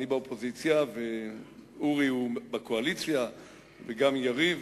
אני באופוזיציה ואורי בקואליציה וגם יריב,